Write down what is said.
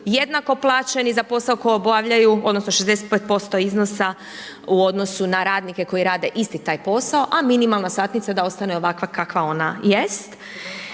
jednako plaćeni za posao koji obavljaju odnosno 65% iznosa u odnosu na radnike koji rade isti taj posao, a minimalna satnica da ostane ovakva kakva ona jest.